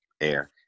air